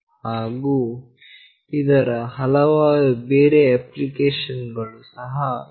ಹಾಗು ಇದರ ಹಲವಾರು ಬೇರೆ ಅಪ್ಲಿಕೇಶನ್ ಗಳು ಸಹ ಇವೆ